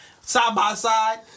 side-by-side